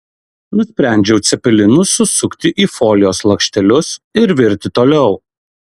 nusprendžiau cepelinus susukti į folijos lakštelius ir virti toliau